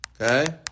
Okay